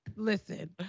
listen